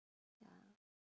ya